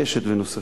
"קשת" ונוספים.